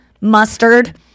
mustard